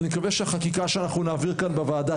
אני מקווה שהחקיקה שנעביר כאן בוועדה